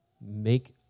make